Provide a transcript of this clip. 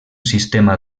sistema